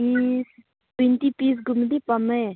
piece twenty ꯄꯤꯁꯒꯨꯝꯕꯗꯤ ꯄꯥꯝꯃꯦ